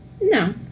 No